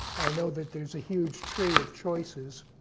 i know that there's a huge tree of choices.